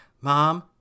Mom